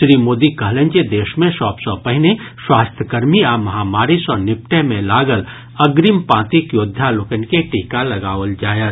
श्री मोदी कहलनि जे देश मे सभ सँ पहिने स्वास्थ्यकर्मी आ महामारी सँ निपटय मे लागल अग्रिम पांतिक योद्धा लोकनि के टीका लगाओल जायत